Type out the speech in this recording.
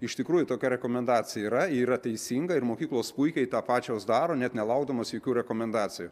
iš tikrųjų tokia rekomendacija yra yra teisinga ir mokyklos puikiai tą pačios daro net nelaukdamos jokių rekomendacijų